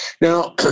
Now